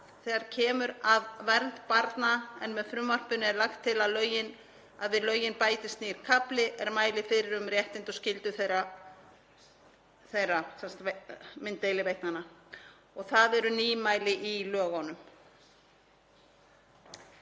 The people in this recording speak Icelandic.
þegar kemur að vernd barna en með frumvarpinu er lagt til að við lögin bætist nýr kafli er mæli fyrir um réttindi og skyldur mynddeiliveitna, sem eru nýmæli í lögunum.